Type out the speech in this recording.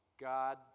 God